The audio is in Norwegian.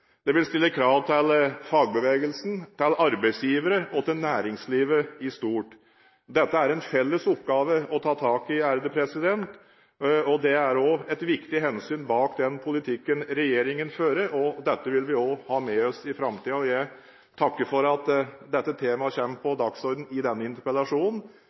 det vil stille krav til fagbevegelsen, til arbeidsgivere og til næringslivet i sin helhet. Dette er en felles oppgave å ta tak i. Det er også et viktig hensyn bak den politikken regjeringen fører. Dette vil vi også ha med oss i framtiden. Jeg takker for at dette temaet kom på dagsorden i denne interpellasjonen.